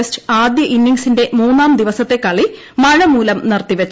test ആദ്യ ഇന്നിംഗ്സിന്റെ മൂന്നാം ദിവസത്തെ കളി മഴമൂലം നിർത്തി വച്ചു